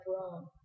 wrong